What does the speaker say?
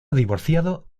divorciado